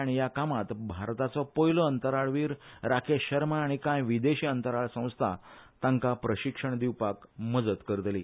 आनी ह्या कामात भारताचो पयलो अंतराळवीर राकेश शर्मा आनी काय अंतराळ संस्था तांका प्रशिक्षण दिवपाक मजत करतली